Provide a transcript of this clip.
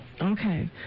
Okay